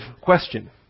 question